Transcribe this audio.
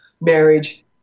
marriage